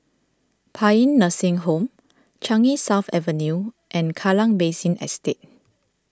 Paean Nursing Home Changi South Avenue and Kallang Basin Estate